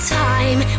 time